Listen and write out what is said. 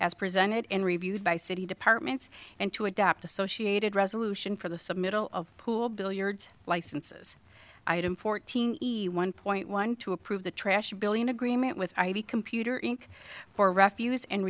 as presented in reviewed by city departments and to adopt associated resolution for the submittal of pool billiards licenses item fourteen one point one two approve the trash billion agreement with ib computer inc for refuse and